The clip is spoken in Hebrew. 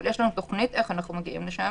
אבל יש לנו תוכנית איך מגיעים לשם